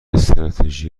استراتژی